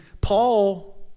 Paul